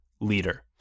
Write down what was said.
leader